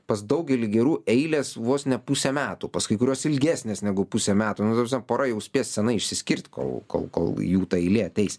pas daugelį gerų eilės vos ne pusę metų pas kai kuriuos ilgesnės negu pusę metų nu ta prasme pora jau spės senai išsiskirt kol kol kol jų ta eilė ateis